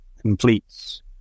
completes